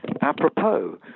apropos